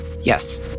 Yes